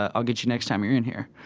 ah i'll get you next time you're in here.